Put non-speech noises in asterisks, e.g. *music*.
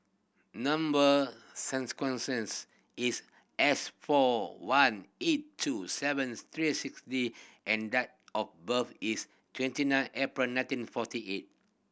number *unintelligible* is S four one eight two seven three six D and *unintelligible* of birth is twenty nine April nineteen forty eight